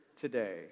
today